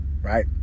right